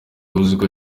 uziko